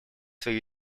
свои